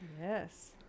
yes